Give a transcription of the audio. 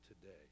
today